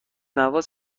نواز